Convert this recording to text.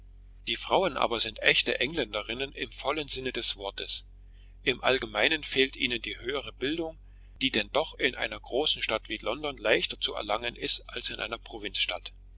die frauen aber sind echte engländerinnen im vollen sinne des worts und im allgemeinen fehlt ihnen die höhere bildung die denn doch in einer großen stadt wie london leichter zu erlangen ist als in einer provinzstadt